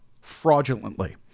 fraudulently